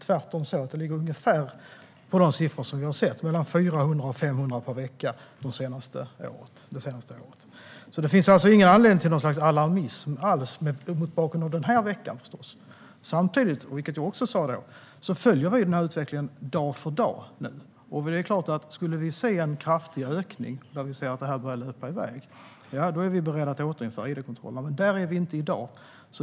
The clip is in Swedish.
Tvärtom ligger det ungefär på samma siffror som vi har sett tidigare, med mellan 400 och 500 per vecka det senaste året. Det finns alltså ingen anledning alls till alarmism mot bakgrund av denna vecka. Samtidigt, vilket jag har sagt tidigare, följer vi nu utvecklingen dag för dag. Skulle vi se en kraftig ökning då detta börjar löpa iväg är vi självklart beredda att återinföra id-kontrollerna. Men där är vi inte i dag.